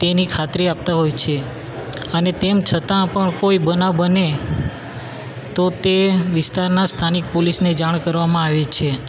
તેની ખાતરી આપતા હોય છે અને તેમ છતાં પણ કોઈ બનાવ બને તો તે વિસ્તારના સ્થાનિક પોલીસને જાણ કરવામાં આવે છે